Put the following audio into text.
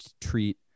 treat